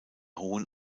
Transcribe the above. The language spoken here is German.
hohen